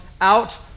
out